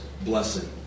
blessing